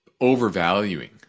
overvaluing